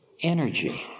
energy